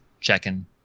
Checking